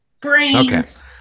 Brains